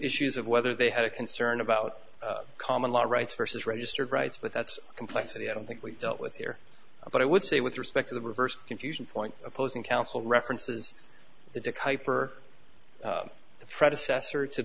issues of whether they had a concern about common law rights versus registered rights but that's complexity i don't think we've dealt with here but i would say with respect to the reversed confusion point opposing counsel references to dick hyper the predecessor to